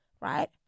right